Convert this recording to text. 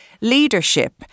leadership